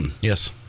Yes